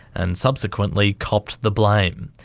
and subsequently copped the blame.